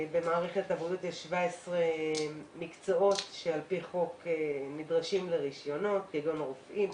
במערכת הבריאות יש 17 מקצועות שעל פי חוק נדרשים לרישיונות כגון רופאים,